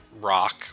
rock